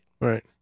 Right